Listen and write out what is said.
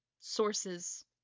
sources